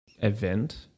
event